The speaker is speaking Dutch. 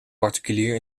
particulier